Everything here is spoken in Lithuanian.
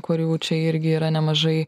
kurių čia irgi yra nemažai